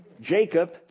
Jacob